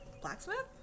blacksmith